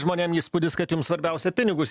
žmonėm įspūdis kad jums svarbiausia pinigus